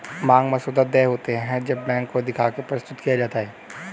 मांग मसौदा देय होते हैं जब बैंक को दिखा के प्रस्तुत किया जाता है